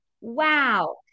wow